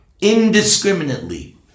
indiscriminately